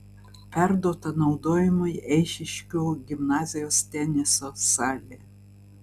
perduota naudojimui eišiškių gimnazijos teniso salė